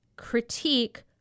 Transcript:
critique